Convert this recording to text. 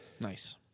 Nice